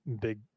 big